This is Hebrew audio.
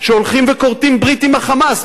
שהולכים וכורתים ברית עם ה"חמאס".